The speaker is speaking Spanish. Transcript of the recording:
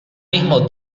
mismo